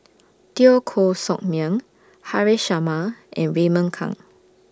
Teo Koh Sock Miang Haresh Sharma and Raymond Kang